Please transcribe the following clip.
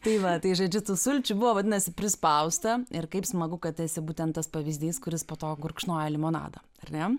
tai va tai žodžiu tų sulčių buvo vadinasi prispausta ir kaip smagu kad esi būtent tas pavyzdys kuris po to gurkšnoji limonadą ar ne